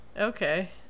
Okay